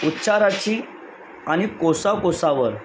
उच्चाराची आणि कोसा कोसावर